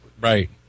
Right